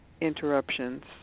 interruptions